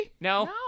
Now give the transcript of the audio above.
No